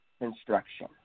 Instruction